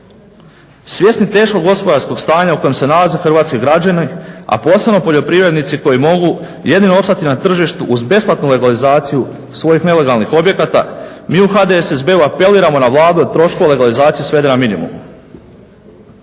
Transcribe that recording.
Svjesni teškog gospodarskog stanja u kojem se nalazi hrvatski građani, a posebno poljoprivrednici koji mogu jedino opstati na tržištu uz besplatnu legalizaciju svojih nelegalnih objekata. Mi u HDSSB-u apeliramo na Vladu da troškove legalizacije svede na minimum.